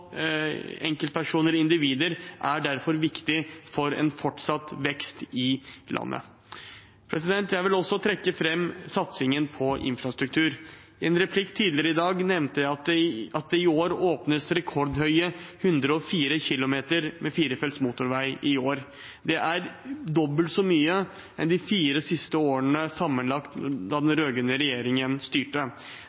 enkeltpersoner og individer – er derfor viktig for en fortsatt vekst i landet. Jeg vil også trekke fram satsingen på infrastruktur. I en replikk tidligere i dag nevnte jeg at det i år åpnes rekordlange 104 km med firefelts motorvei. Det er dobbelt så mye – sammenlagt – som på de fire siste årene den